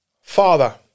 Father